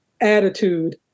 attitude